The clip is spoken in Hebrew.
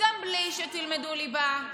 גם בלי שתלמדו ליבה.